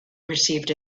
perceived